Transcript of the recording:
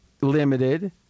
limited